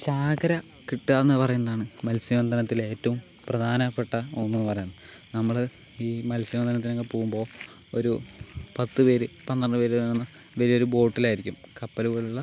ചാകര കിട്ടുകയെന്ന് പറയുന്നതാണ് മത്സ്യബന്ധനത്തിലെ ഏറ്റവും പ്രധാനപ്പെട്ട ഒന്ന് എന്ന് പറയുന്നത് നമ്മള് ഈ മത്സ്യബന്ധനത്തിനൊക്കെ പോകുമ്പോൾ ഒരു പത്ത് പേര് പന്ത്രണ്ട് പേരടങ്ങുന്ന വലിയൊരു ബോട്ടിലായിരിക്കും കപ്പല് പോലുള്ള